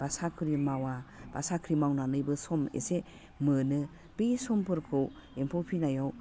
बा साख्रि मावा बा साख्रि मावनानैबो सम एसे मोनो बे समफोरखौ एम्फौ फिसिनायाव